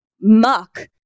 muck